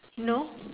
no